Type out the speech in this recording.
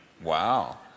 Wow